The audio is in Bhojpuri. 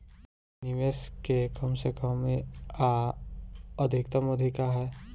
निवेश के कम से कम आ अधिकतम अवधि का है?